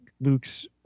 Luke's